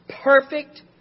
perfect